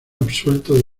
absuelto